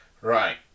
Right